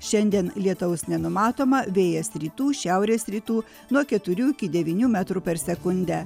šiandien lietaus nenumatoma vėjas rytų šiaurės rytų nuo keturių iki devynių metrų per sekundę